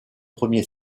premier